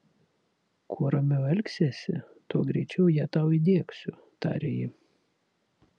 kuo ramiau elgsiesi tuo greičiau ją tau įdiegsiu taria ji